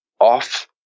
off